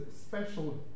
special